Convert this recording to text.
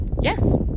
Yes